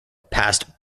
passed